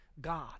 God